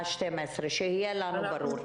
שיהיה לנו ברור.